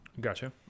Gotcha